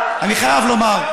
אני חייב לומר,